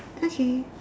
okay